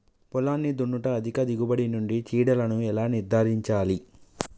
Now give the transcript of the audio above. పొలాన్ని దున్నుట అధిక దిగుబడి నుండి చీడలను ఎలా నిర్ధారించాలి?